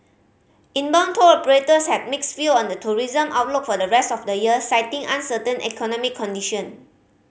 inbound tour operators had mixed view on the tourism outlook for the rest of the year citing uncertain economic condition